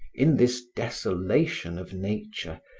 in this desolation of nature,